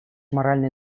моральный